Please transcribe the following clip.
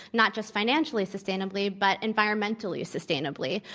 not just financially sustainably, but environmentally sustainably.